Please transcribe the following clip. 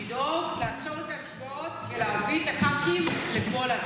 לדאוג לעצור את ההצבעות ולהביא את החכ"ים לפה להצבעה.